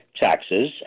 taxes